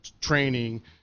training